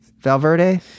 Valverde